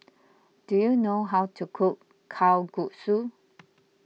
do you know how to cook Kalguksu